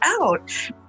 out